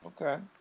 Okay